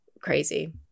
crazy